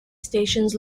stations